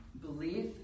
Belief